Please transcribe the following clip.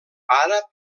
àrab